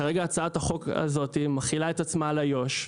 כרגע הצעת החוק הזאת מחילה את עצמה על איו"ש,